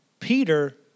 Peter